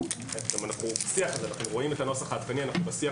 אנחנו רואים את הנוסח העדכני ואנחנו בשיח